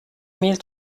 mille